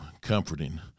comforting